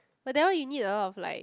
but that one you need a lot of like